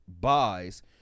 buys